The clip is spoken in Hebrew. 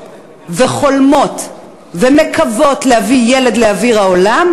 וחולמות ומקוות להביא ילד לאוויר העולם,